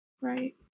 right